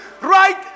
right